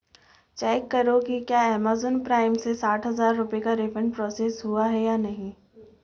check करो की क्या अमेज़न प्राइम से साठ हज़ार रुपये का रिफ़ंड प्रोसेस हुआ है या नहीं